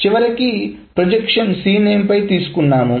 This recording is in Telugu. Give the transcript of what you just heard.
చివరకు ప్రొజెక్షన్ cname పై తీసుకున్నాము